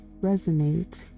resonate